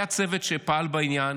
היה צוות שפעל בעניין